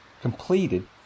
completed